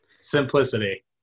Simplicity